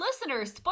listeners